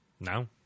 No